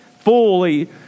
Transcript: fully